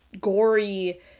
gory